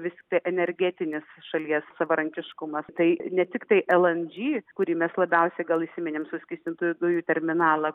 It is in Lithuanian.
vis tiktai energetinis šalies savarankiškumas tai ne tiktai elandžy kurį mes labiausiai gal įsiminėm suskystintųjų dujų terminalą